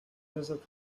desert